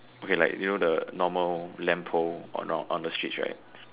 okay like you know the normal post around on the streets right